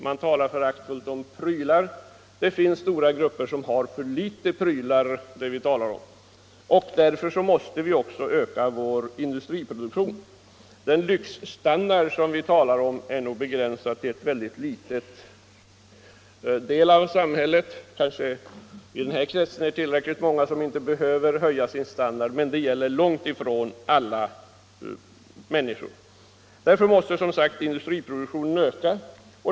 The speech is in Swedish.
Man talar föraktfullt om prylar, men det finns stora grupper som har för litet prylar. Därför måste vi också öka vår industriproduktion. Den lyxstandard som man talar om är nog begränsad till en ytterst liten del av samhället. Kanske det i den här kretsen finns tillräckligt många som inte behöver höja sin standard, men det gäller långt ifrån alla människor. Därför måste som sagt industriproduktionen öka.